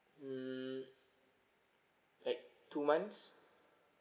mm like two months